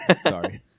Sorry